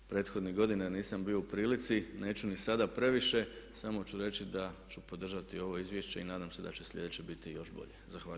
Prethodnih godina nisam bio u prilici, neću ni sada previše samo ću reći da ću podržati ovo izvješće i nadam se da će sljedeće biti još bolje.